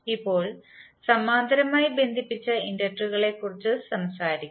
ഇപ്പോൾ സമാന്തരമായി ബന്ധിപ്പിച്ച ഇൻഡക്ടറുകളെക്കുറിച്ച് സംസാരിക്കാം